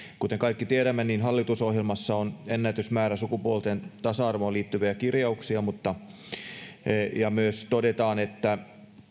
kuten kaikki tiedämme niin hallitusohjelmassa on ennätysmäärä sukupuolten tasa arvoon liittyviä kirjauksia ja siellä myös todetaan että